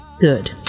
Good